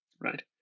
right